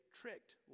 tricked